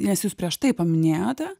nes jūs prieš tai paminėjote